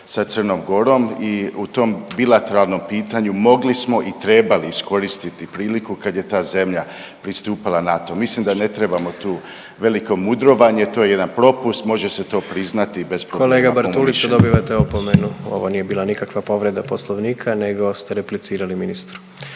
sa Crnom Gorom i u tom bilateralnom pitanju mogli smo i trebali iskoristiti priliku kad je ta zemlja pristupala NATO-u. Mislim da ne trebamo tu veliko mudrovanje, to je jedan propust, može se to priznati bez …/Govornici govore istovremeno ne razumije se./… **Jandroković, Gordan (HDZ)** Kolega Bartulica dobivate opomenu, ovo nije bila nikakva povreda Poslovnika nego ste replicirali ministru.